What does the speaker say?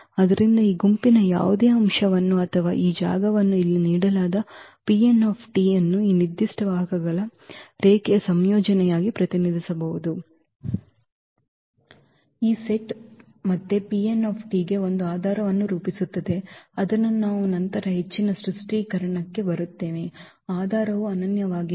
ಆದ್ದರಿಂದ ಈ ಗುಂಪಿನ ಯಾವುದೇ ಅಂಶವನ್ನು ಅಥವಾ ಈ ಜಾಗವನ್ನು ಇಲ್ಲಿ ನೀಡಲಾದ ಅನ್ನು ಈ ನಿರ್ದಿಷ್ಟ ವಾಹಕಗಳ ರೇಖೀಯ ಸಂಯೋಜನೆಯಾಗಿ ಪ್ರತಿನಿಧಿಸಬಹುದು ಈ ಸೆಟ್ ಮತ್ತೆ ಗೆ ಒಂದು ಆಧಾರವನ್ನು ರೂಪಿಸುತ್ತದೆ ಅದನ್ನು ನಾವು ನಂತರ ಹೆಚ್ಚಿನ ಸ್ಪಷ್ಟೀಕರಣಕ್ಕೆ ಬರುತ್ತೇವೆ ಆಧಾರವು ಅನನ್ಯವಾಗಿಲ್ಲ